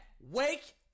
Wake